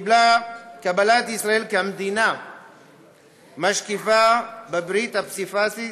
קבלת ישראל כמדינה משקיפה בברית הפסיפית,